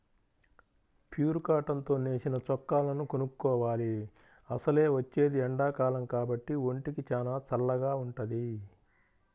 pure cotton తో నేసిన చొక్కాలను కొనుక్కోవాలి, అసలే వచ్చేది ఎండాకాలం కాబట్టి ఒంటికి చానా చల్లగా వుంటది